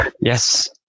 yes